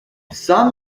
some